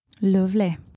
lovely